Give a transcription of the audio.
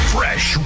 Fresh